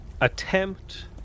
attempt